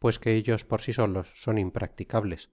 pues que ellos por si solos son impracticables